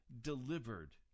delivered